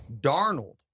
Darnold